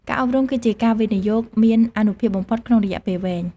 ការអប់រំគឺជាការវិនិយោគមានអានុភាពបំផុតក្នុងរយៈពេលវែង។